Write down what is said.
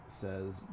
says